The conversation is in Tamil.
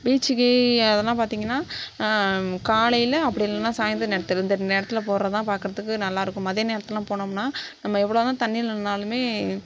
பீச்சுக்கு அதெல்லாம் பார்த்திங்கனா காலையில் அப்படி இல்லைனா சாயந்தர நேரத்தில் அந்த நேரத்தில் போகிறதுதான் பார்க்குறதுக்கு நல்லா இருக்கும் மதிய நேரத்துலலாம் போனம்னால் நம்ம எவ்வளோதான் தண்ணியில நின்றாலுமே